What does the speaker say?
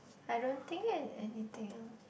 I don't think there's anything else